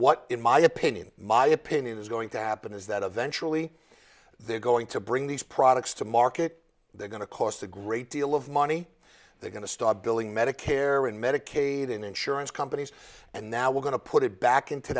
what in my opinion my opinion is going to happen is that eventually they're going to bring these products to market they're going to cost the great deal of money they're going to start billing medicare and medicaid and insurance companies and now we're going to put it back into